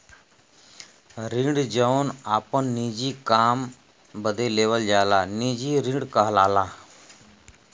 ऋण जौन आपन निजी काम बदे लेवल जाला निजी ऋण कहलाला